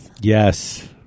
Yes